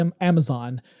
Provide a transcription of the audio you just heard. Amazon